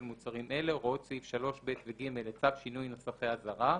מוצרים אלה הוראות סעיף 3(ב) ו-(ג) לצו שינוי נוסחי אזהרה,